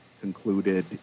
concluded